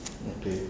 okay